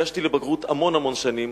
הגשתי לבגרות המון המון שנים,